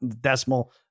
decimal